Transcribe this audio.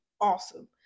awesome